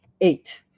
eight